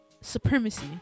supremacy